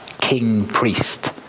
king-priest